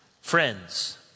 friends